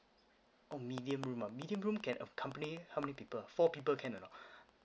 oh medium ah medium room can accompany how many people four people can or not